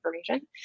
information